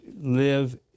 live